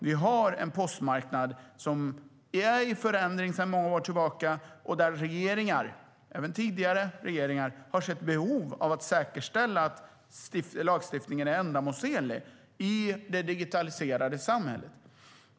Vi har en postmarknad som är i förändring sedan många år tillbaka, och där har även tidigare regeringar sett behov av att säkerställa att lagstiftningen är ändamålsenlig i det digitaliserade samhället.